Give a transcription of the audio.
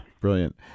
brilliant